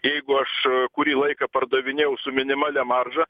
jeigu aš kurį laiką pardavinėjau su minimalia marža